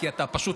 למה שעיוור ישלם?